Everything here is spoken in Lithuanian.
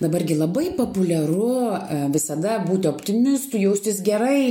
dabar gi labai populiaru visada būti optimistu jaustis gerai